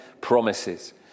promises